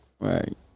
Right